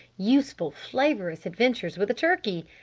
useful, flavorous adventures with a turkey!